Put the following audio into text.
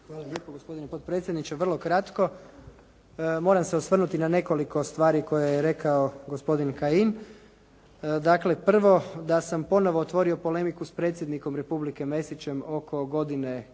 Hvala lijepo gospodine potpredsjedniče. Vrlo kratko. Moram se osvrnuti na nekoliko stvari koje je rekao gospodin Kajin. Dakle prvo da sam ponovo otvorio polemiku s predsjednikom Republike Mesićem oko godine kada